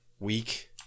Week